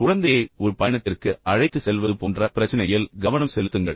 குழந்தையை ஒரு பயணத்திற்கு அழைத்துச் செல்வது போன்ற பிரச்சினையில் கவனம் செலுத்துங்கள்